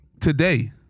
today